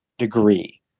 degree